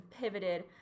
pivoted